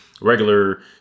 regular